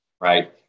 right